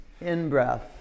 in-breath